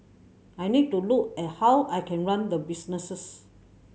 I need to look at how I can run the businesses